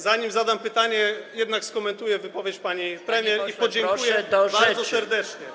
Zanim zadam pytanie, jednak skomentuję wypowiedź pani premier i podziękuję bardzo serdecznie.